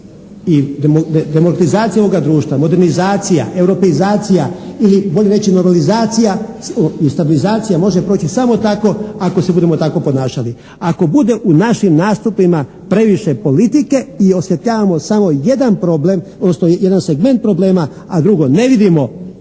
I demokratizacija ovoga društva, modernizacija, europeizacija ili bolje rečeno normalizacija i stabilizacija može proći samo tako ako se budemo tako ponašali. Ako bude u našim nastupima previše politike i osvjetljavamo samo jedan problem odnosno jedan segment problema, a drugo ne vidimo